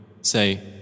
Say